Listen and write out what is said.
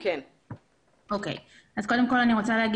קודם כול,